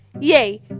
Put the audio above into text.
Yay